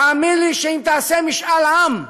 תאמין לי שאם תעשה משאל עם,